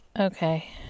Okay